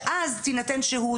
שאז תינתן שהות,